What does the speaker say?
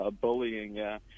bullying